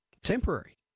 temporary